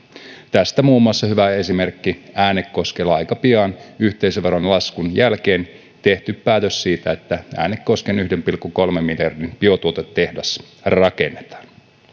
tästä muun muassa hyvä esimerkki on äänekoskella aika pian yhteisöveron laskun jälkeen tehty päätös siitä että äänekosken yhden pilkku kolmen miljardin biotuotetehdas rakennetaan